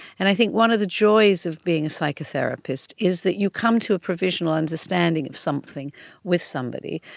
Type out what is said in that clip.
and i think one of the joys of being a psychotherapist is that you come to a provisional understanding of something with somebody,